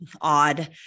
odd